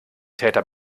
täter